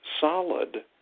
solid